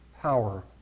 power